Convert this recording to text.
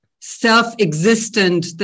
self-existent